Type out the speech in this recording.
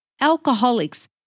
alcoholics